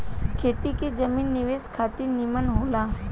खेती के जमीन निवेश खातिर निमन होला